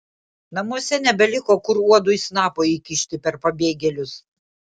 namuose nebeliko kur uodui snapo įkišti per pabėgėlius